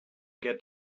get